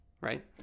right